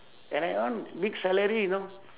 and that one big salary you know